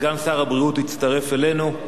סגן שר הבריאות הצטרף אלינו,